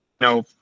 no